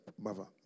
Mother